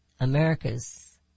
America's